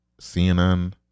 CNN